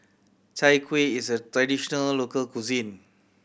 Chai Kueh is a traditional local cuisine